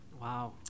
Wow